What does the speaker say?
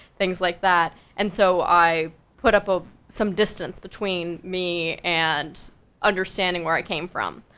things like that. and so i put up ah some distance between me and understanding where i came from.